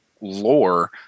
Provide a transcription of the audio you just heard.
lore